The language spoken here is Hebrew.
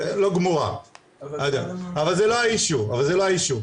אבל זה לא האישיו.